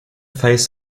face